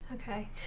okay